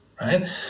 right